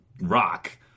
rock